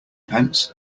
pence